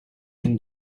can